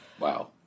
Wow